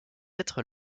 être